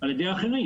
על ידי אחרים.